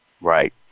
Right